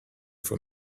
for